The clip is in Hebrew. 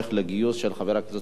של חבר הכנסת דודו רותם,